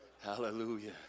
Hallelujah